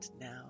now